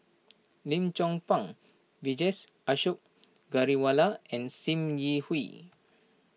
Lim Chong Pang Vijesh Ashok Ghariwala and Sim Yi Hui